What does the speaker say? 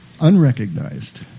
unrecognized